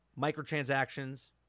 Microtransactions